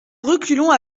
reculons